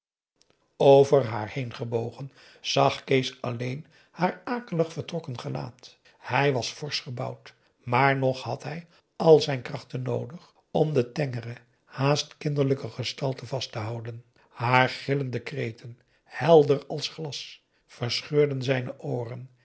heen gebogen zag kees alleen haar akelig vertrokken gelaat hij was forsch gebouwd maar nog had hij al zijn krachten noodig om de tengere haast kinderlijke gestalte vast te houden haar gillende kreten helder als glas verscheurden zijne ooren